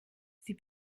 sie